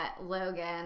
Logan